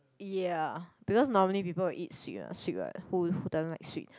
ya because normally people will eat sweet um sweet what who who doesn't like sweet